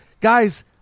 Guys